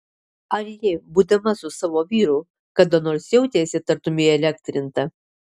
ar ji būdama su savo vyru kada nors jautėsi tartum įelektrinta